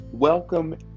Welcome